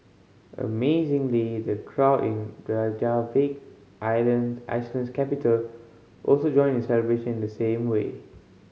amazingly the crowd in Reykjavik island Iceland's capital also joined in the celebration the same way